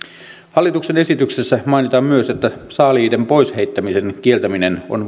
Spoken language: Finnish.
hallituksen esityksessä mainitaan myös että saaliiden pois heittämisen kieltäminen on